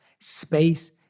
space